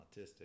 autistic